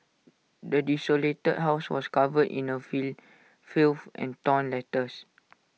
the desolated house was covered in A fill filth and torn letters